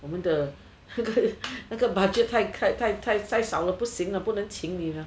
我们的那个 budget 太太太太少了不能请你 lah